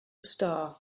star